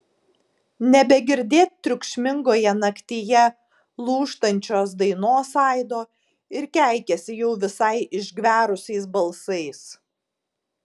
nebegirdėt triukšmingoje naktyje lūžtančios dainos aido ir keikiasi jau visai išgverusiais balsais